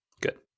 good